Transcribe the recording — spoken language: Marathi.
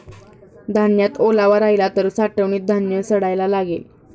धान्यात ओलावा राहिला तर साठवणीत धान्य सडायला लागेल